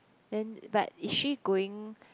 then but is she going